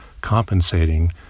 compensating